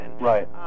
Right